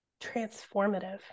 transformative